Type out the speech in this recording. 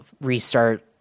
restart